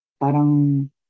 parang